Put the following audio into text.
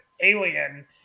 alien